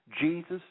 Jesus